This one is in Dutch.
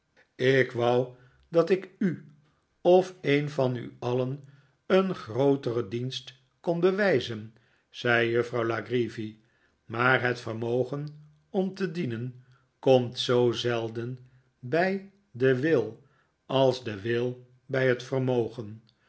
ik wou dat ik u of een van u alien een grooteren dienst kon bewijzen zei juffrouw la creevy maar het vermogen om te dienen komt zoo zelden bij den wil als de wil bij het vermogen